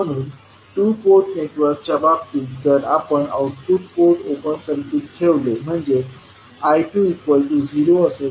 म्हणून 2 पोर्ट नेटवर्कच्या बाबतीत जर आपण आउटपुट पोर्ट ओपन सर्किट ठेवले म्हणजेच I20 असेल